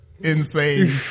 insane